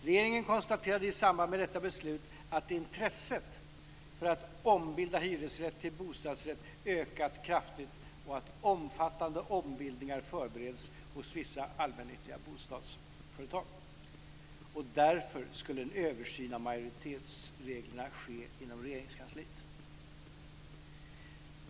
Regeringen konstaterade i samband med detta beslut att intresset för att ombilda hyresrätt till bostadsrätt ökat kraftigt och att omfattande ombildningar förbereds hos vissa allmännyttiga bostadsföretag. Därför skulle en översyn av majoritetsreglerna ske inom Regeringskansliet.